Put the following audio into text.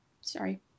Sorry